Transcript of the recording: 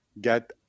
get